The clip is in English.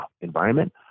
environment